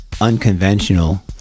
unconventional